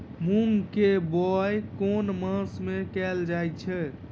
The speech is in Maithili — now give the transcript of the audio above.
मूँग केँ बोवाई केँ मास मे कैल जाएँ छैय?